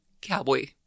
cowboy